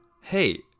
hey